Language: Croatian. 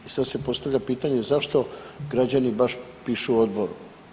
I sad se postavlja pitanje zašto građani baš pišu odboru.